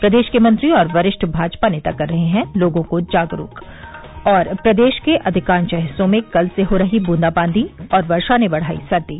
प्रदेश के मंत्री और वरिष्ठ भाजपा नेता कर रहे हैं लोगों को जागरूक प्रदेश के अधिकांश हिस्सों में कल से हो रही बूंदाबांदी और वर्षा ने बढ़ाई सर्दी